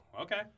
Okay